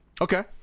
Okay